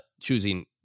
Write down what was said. choosing